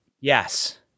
Yes